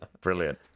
brilliant